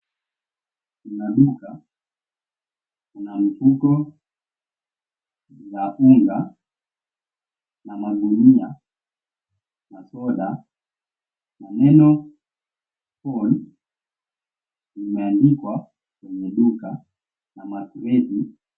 Kuna duka. Kuna mfuko za unga na magunia na soda na neno, phone, imeandikwa kwenye duka na makreti.